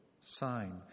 sign